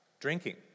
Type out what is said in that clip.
drinking